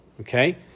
Okay